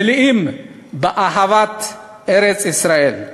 מלאים באהבת ארץ-ישראל.